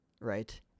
right